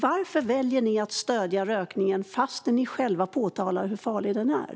Varför väljer ni att stödja rökningen fastän ni själva påtalar hur farlig den är?